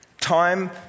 time